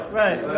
right